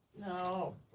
No